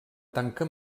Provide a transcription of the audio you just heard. tanca